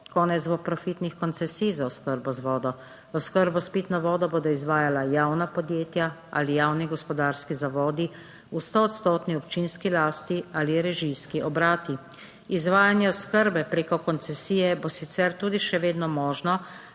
Konec bo profitnih koncesij za oskrbo z vodo. Oskrbo s pitno vodo bodo izvajala javna podjetja ali javni gospodarski zavodi v stoodstotni občinski lasti ali režijski obrati. Izvajanje oskrbe preko koncesije bo sicer tudi še vedno možno,